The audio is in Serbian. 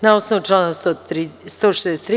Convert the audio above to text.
Na osnovu člana 163.